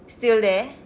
still there